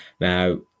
now